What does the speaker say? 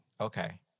Okay